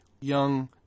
young